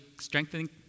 strengthening